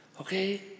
Okay